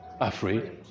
afraid